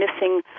missing